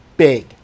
Big